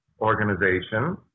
organization